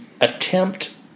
attempt